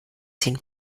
zehn